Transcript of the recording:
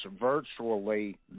virtually